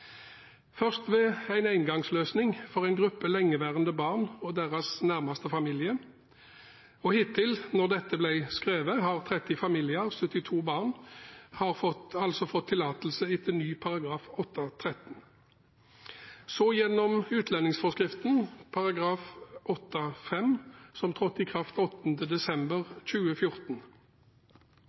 først ved en engangsløsning for en gruppe lengeværende barn og deres nærmeste familie, og hittil, når dette blir skrevet, har 30 familier, 72 barn, fått tillatelse etter ny § 8-13 i utlendingsforskriften, og så gjennom utlendingsforskriften § 8-5, som trådte i kraft 8. desember 2014.